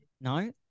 No